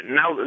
now